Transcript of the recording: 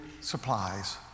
supplies